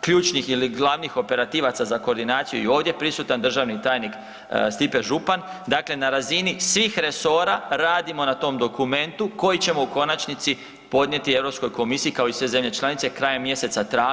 ključnih ili glavnih operativaca za koordinaciju i ovdje prisutan državni tajnik Stipe Župan, dakle na razini svih resora radimo na tom dokumentu koji ćemo u konačnici podnijeti Europskoj komisiji kao i sve zemlje članice krajem mjeseca travnja.